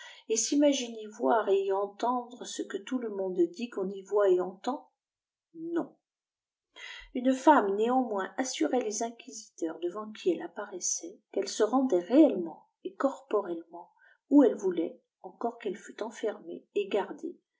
et s'imaginent y voir et y e tetidreoe que tout le monde dit qu'on y voit et entend noiiv une femme néanmoins assurait les inquisiteurs devant qutiè apparaissait qu'elle se rendait réellement et corporellemeot oif elle voumit encore qu'elle fut enfermée et gardée